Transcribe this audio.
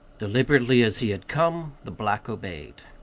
deliberately as he had come, the black obeyed.